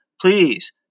please